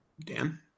Dan